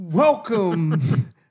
Welcome